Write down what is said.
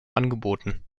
angeboten